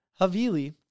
Havili